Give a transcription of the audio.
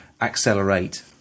accelerate